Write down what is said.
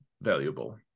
valuable